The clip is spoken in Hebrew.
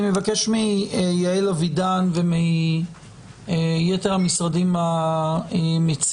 אני מבקש מיעל אבידן ומיתר המשרדים המציעים